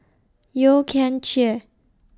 Yeo Kian Chye